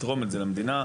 יתרום את זה למדינה.